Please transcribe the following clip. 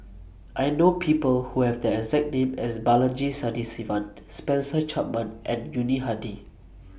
I know People Who Have The exact name as Balaji Sadasivan Spencer Chapman and Yuni Hadi